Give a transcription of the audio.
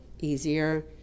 easier